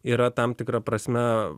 yra tam tikra prasme